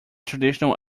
traditional